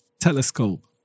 telescope